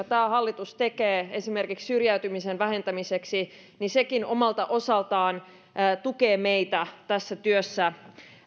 tämä hallitus tekee esimerkiksi syrjäytymisen vähentämiseksi jolloin sekin omalta osaltaan tukee meitä tässä työssä